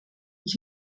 ich